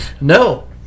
No